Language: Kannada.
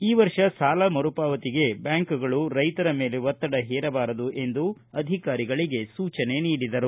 ಈ ವರ್ಷ ಸಾಲ ಮರುಪಾವತಿಗೆ ಬ್ಯಾಂಕುಗಳು ರೈತರ ಮೇಲೆ ಒತ್ತಡ ಹೇರಬಾರದು ಎಂದು ಅಧಿಕಾರಿಗಳಿಗೆ ಸೂಚನೆ ನೀಡಿದರು